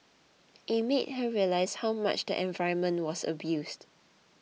it made her realise how much the environment was abused